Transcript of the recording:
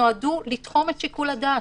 מגבלות שנועדו לתחום את שיקול הדעת,